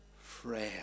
friend